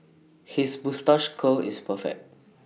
his moustache curl is perfect